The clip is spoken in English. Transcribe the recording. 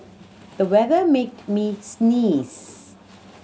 the weather made me sneeze